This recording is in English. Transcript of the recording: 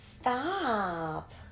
stop